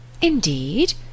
Indeed